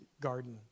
garden